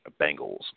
Bengals